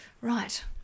Right